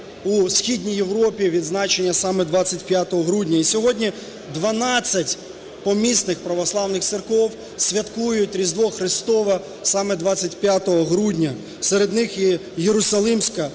у Східній Європі відзначення саме 25 грудня. І сьогодні 12 помісних православних церков святкують Різдво Христове саме 25 грудня, серед них і Ієрусалимська,